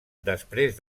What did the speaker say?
després